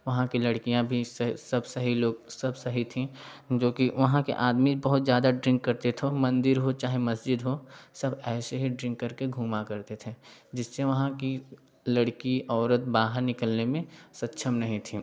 वहाँ कि लड़कियाँ भी सह सब सही लोग सब सही थी जो कि वहाँ के आदमी बहुत ज़्यादा ड्रिंक करते थे और मंदिर हो चाहे मस्जिद हो सब ऐसे ही ड्रिंक करके घूमा करते थे जिससे वहाँ कि लड़की औरत बाहर निकलने में सक्षम नहीं थी